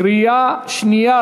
קריאה שנייה,